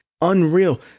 unreal